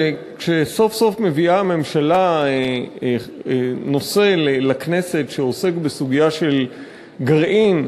כשסוף-סוף מביאה הממשלה לכנסת נושא שעוסק בסוגיה של גרעין,